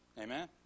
Amen